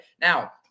now